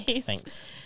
Thanks